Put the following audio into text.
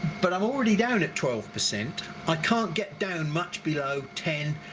but i'm already down at twelve percent i can't get down much below ten.